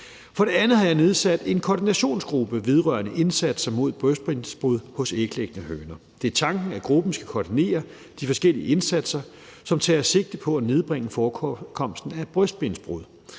For det andet har jeg nedsat en koordinationsgruppe vedrørende indsatser mod brystbensbrud hos æglæggende høner. Det er tanken, at gruppen skal koordinere de forskellige indsatser, som tager sigte på at nedbringe forekomsten af brystbensbrud.